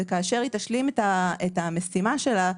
כאשר היא תשלים את המשימה שלה,